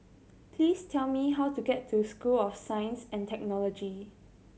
please tell me how to get to School of Science and Technology